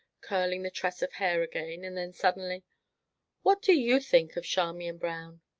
curling the tress of hair again, and then, suddenly what do you think of charmian brown?